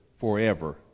forever